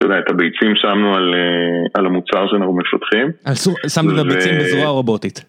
אתה יודע את הביצים שמנו על המוצר שאנחנו מפתחים. שמנו את הביצים בזרועה רובוטית.